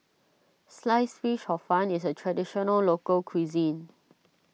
Sliced Fish Hor Fun is a Traditional Local Cuisine